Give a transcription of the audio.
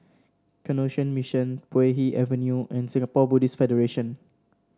Canossian Mission Puay Hee Avenue and Singapore Buddhist Federation